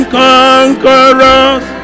conquerors